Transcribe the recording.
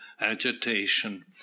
agitation